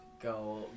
go